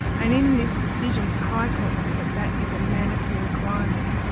and in this decision, the high court said that that is a mandatory requirement,